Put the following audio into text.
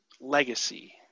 legacy